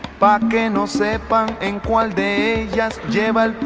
back and i'll say it but in one day just jam ah